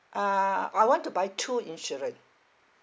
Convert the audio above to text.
uh I want to buy two insurance